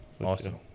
Awesome